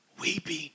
weeping